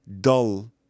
dull